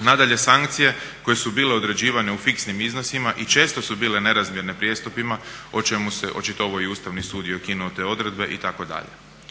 Nadalje, sankcije koje su bile određivane u fiksnim iznosima i često su bile nerazmjerne prijestupima o čemu se očitovao i Ustavni sud i ukinuo te odredbe itd..